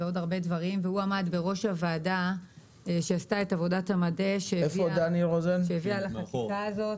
שעמד בראש הוועדה שעשתה את עבודת המטה שהביאה לחקיקה הזאת.